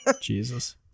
Jesus